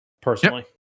personally